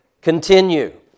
continue